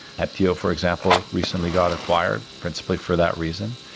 heptio, for example, recently got acquired principally for that reason,